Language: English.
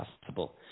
possible